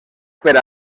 per